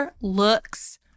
looks